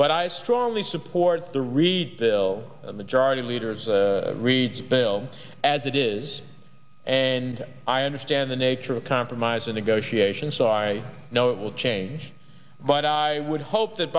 but i strongly support the reid bill a majority leader's reid's bill as it is and i understand the nature of compromise and negotiation so i know it will change but i would hope that